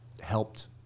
helped